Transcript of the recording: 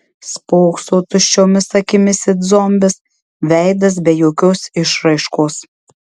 spokso tuščiomis akimis it zombis veidas be jokios išraiškos